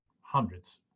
hundreds